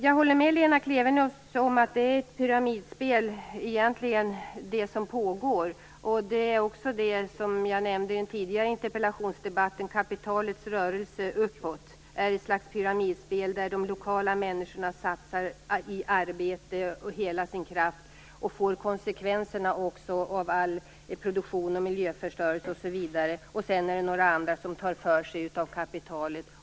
Jag håller med Lena Klevenås om att det egentligen är ett pyramidspel, det som pågår. Också det som jag nämnde i den tidigare interpellationsdebatten, kapitalets rörelse uppåt, är ett slags pyramidspel. Människorna satsar lokalt hela sin kraft i arbete, och får också ta konsekvenserna av all produktion; miljöförstöring osv. Sedan är det några andra som tar för sig av kapitalet.